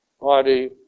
body